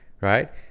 right